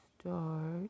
start